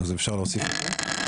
אפשר להוסיף את זה?